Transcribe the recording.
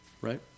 Right